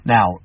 Now